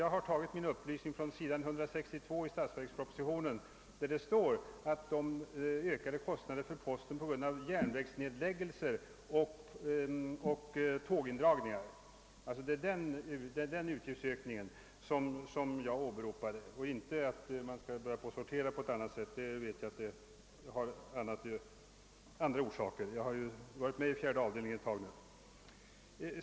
Jag har tagit min uppgift från s. 162 i statsverkspropositionen, där det står om de ökade kostnaderna för posten på grund av järnvägsnedläggelser och tågindragningar. Det är den utgiftsökningen som jag åsyftat. Jag ansåg alltså inte att de ökade kostnaderna berodde på att man skulle ha börjat sortera på annat sätt — jag vet att det har andra orsaker; jag har dock varit med i fjärde avdelningen en tid nu.